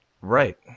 Right